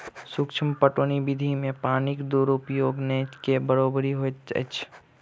सूक्ष्म पटौनी विधि मे पानिक दुरूपयोग नै के बरोबरि होइत अछि